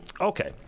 Okay